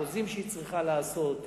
החוזים שהיא צריכה לעשות,